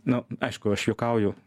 nu aišku aš juokauju